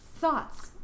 Thoughts